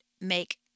make